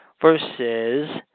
versus